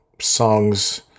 songs